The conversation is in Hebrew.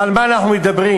ועל מה אנחנו מדברים?